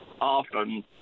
often